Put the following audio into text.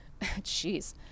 jeez